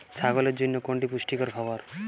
ছাগলের জন্য কোনটি পুষ্টিকর খাবার?